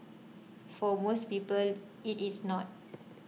for most people it is not